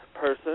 person